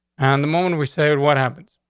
and the moment we say what happens?